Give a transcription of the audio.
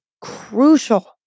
crucial